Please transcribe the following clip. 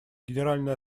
генеральная